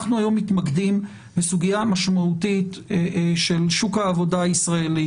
אנחנו היום מתמקדים בסוגיה משמעותית של שוק העבודה הישראלי.